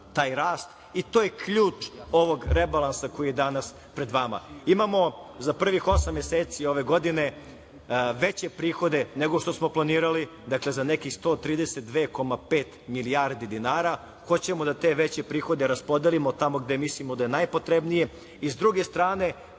taj rast, i to je ključ ovog rebalansa koji je danas pred vama. Imamo za prvih osam meseci ove godine veće prihode nego što smo planirali, dakle za nekih 132,5 milijardi dinara. Hoćemo da te veće prihode raspodelimo tamo gde mislimo da je najpotrebnije i, s druge strane,